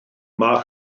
mae